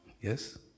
yes